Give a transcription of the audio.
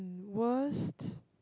worst